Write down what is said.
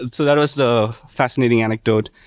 and so that was the fascinating anecdote.